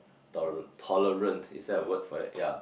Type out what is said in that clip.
toler~ tolerant is that the word for it ya